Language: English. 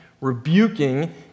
rebuking